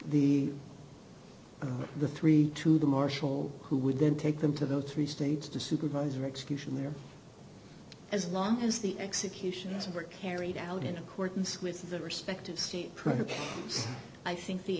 the the three to the marshal who would then take them to those three states to supervise or execution there as long as the executions were carried out in accordance with the respective state protocol i think the